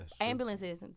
ambulances